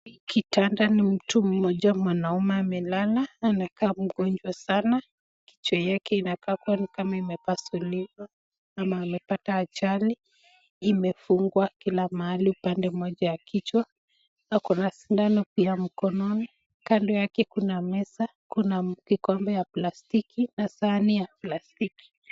Hii kitanda ni mtu mmoja mwanaume amelalia anakaa mgonjwa sana, kichwa yake inakaa kua nikama imepasuliwa ama amepata ajali imefungwa kila mahali pande moja ya kichwa akona sindano pia mkononi, kando yake kuna meza kuna kikombe ya plastiki na sahani ya plastiki.